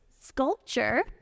sculpture